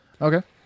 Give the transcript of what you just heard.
Okay